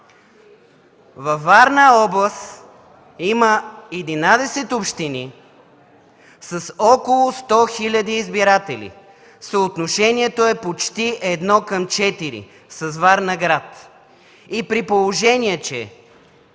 Във Варна – област, има 11 общини с около 100 хиляди избиратели. Съотношението е почти едно към четири с Варна град. При положение, че